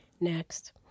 next